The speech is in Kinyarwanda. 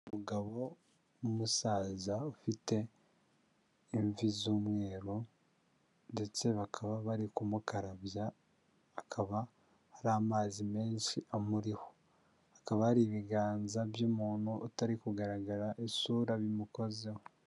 Umugabo w'umusaza ufite imvi z'umweru, ndetse bakaba bari kumukarabya, akaba ari amazi menshi amuriho, akaba ari ibiganza by'umuntu utari kugaragara isura bimukozeho.